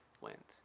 went